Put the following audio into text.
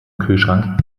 kühlschrank